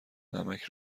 نمک